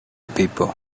people